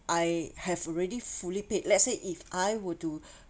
I have already fully paid let's say if I were to